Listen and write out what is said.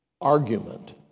argument